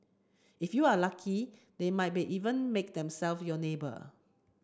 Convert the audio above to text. if you are lucky they might be even make themselves your neighbour